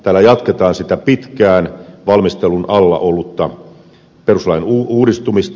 tällä jatketaan pitkään valmistelun alla ollutta perustuslain uudistumista